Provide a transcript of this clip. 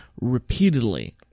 repeatedly